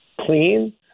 clean